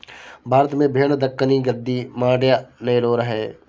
भारत में भेड़ दक्कनी, गद्दी, मांड्या, नेलोर है